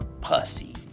pussy